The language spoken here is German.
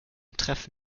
treffen